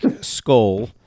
skull